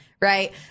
Right